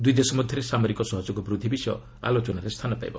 ଦୂଇଦେଶ ମଧ୍ୟରେ ସାମରିକ ସହଯୋଗ ବୃଦ୍ଧି ବିଷୟ ଆଲୋଚନରେ ସ୍ଥାନ ପାଇବ